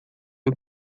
vai